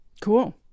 Cool